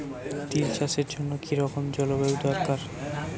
তিল চাষের জন্য কি রকম জলবায়ু দরকার?